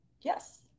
Yes